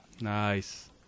Nice